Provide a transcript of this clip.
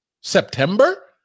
September